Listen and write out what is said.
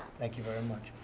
thank you very much.